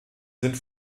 sind